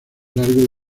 largo